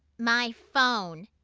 my phone!